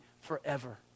forever